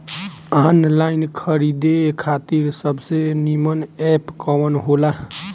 Online खरीदे खातिर सबसे नीमन एप कवन हो ला?